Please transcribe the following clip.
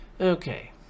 Okay